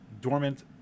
dormant